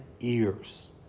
ears